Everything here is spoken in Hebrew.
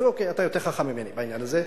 אז אוקיי, אתה יותר חכם ממני בעניין הזה.